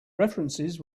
references